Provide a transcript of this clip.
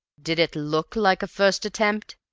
did it look like a first attempt?